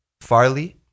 Farley